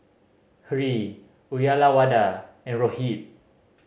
Hri Uyyalawada and Rohit